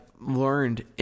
learned